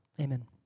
Amen